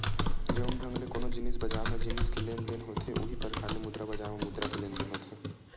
जउन ढंग ले कोनो जिनिस बजार म जिनिस के लेन देन होथे उहीं परकार ले मुद्रा बजार म मुद्रा के लेन देन होथे